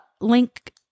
link